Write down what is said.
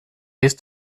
ist